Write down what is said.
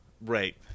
Right